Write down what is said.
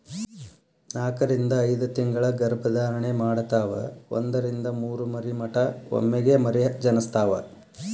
ನಾಕರಿಂದ ಐದತಿಂಗಳ ಗರ್ಭ ಧಾರಣೆ ಮಾಡತಾವ ಒಂದರಿಂದ ಮೂರ ಮರಿ ಮಟಾ ಒಮ್ಮೆಗೆ ಮರಿ ಜನಸ್ತಾವ